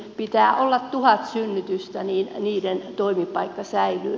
pitää olla tuhat synnytystä jotta toimipaikka säilyy